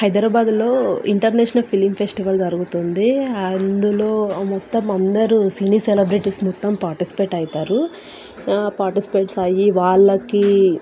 హైదరాబాదులో international film festival జరుగుతుంది అందులో మొత్తం అందరూ సీని సెలబ్రిటీస్ మొత్తం పార్టిస్పేట్ అవుతారు పార్టిస్పేట్ అయ్యి వాళ్ళకి